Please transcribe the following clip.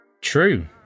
True